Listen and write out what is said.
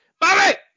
Bobby